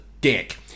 dick